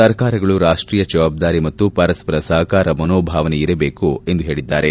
ಸರ್ಕಾರಗಳು ರಾಷ್ಷೀಯ ಜವಾಬ್ದಾರಿ ಮತ್ತು ಪರಸ್ಪರ ಸಹಕಾರ ಮನೋಭಾವನೆ ಇರಬೇಕು ಎಂದು ಹೇಳಿದ್ದಾರೆ